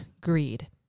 greed